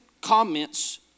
comments